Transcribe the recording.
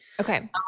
Okay